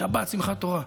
שבת שמחת תורה,